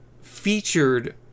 featured